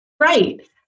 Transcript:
Right